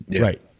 Right